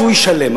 שהוא ישלם,